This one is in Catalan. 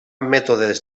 mètode